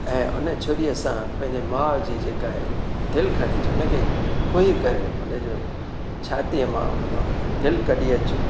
ऐं उन छुरीअ सां पंहिंजे माउ जी जेका आहे दिलि खणी अच उनखे खुई करे हुन जो छातीअ मां हुन मां दिलि कढी अचु